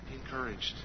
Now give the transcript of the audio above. encouraged